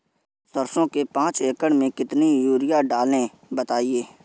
सरसो के पाँच एकड़ में कितनी यूरिया डालें बताएं?